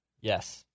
Yes